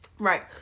Right